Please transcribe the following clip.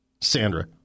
Sandra